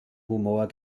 humor